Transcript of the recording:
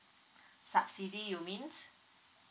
subsidy you means